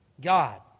God